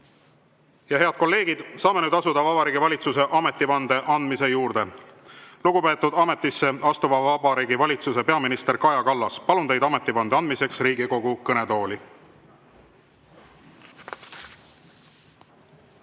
Head kolleegid! Saame nüüd asuda Vabariigi Valitsuse ametivande andmise juurde. Lugupeetud ametisse astuva Vabariigi Valitsuse peaminister Kaja Kallas, palun teid ametivande andmiseks Riigikogu kõnetooli.